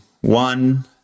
one